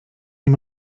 nie